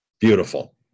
Beautiful